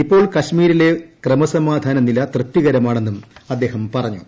ഇപ്പോൾ കശ്മീരിലെ ക്രമസമാധാന നില തൃപ്തികരമാണെന്നും അദ്ദേഹം പറഞ്ഞു